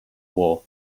war